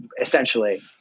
essentially